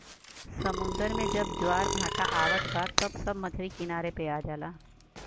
समुंदर में जब ज्वार भाटा आवत बा त सब मछरी किनारे पे आ जाला